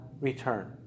return